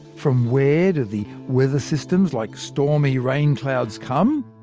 from where do the weather systems like stormy rain clouds come?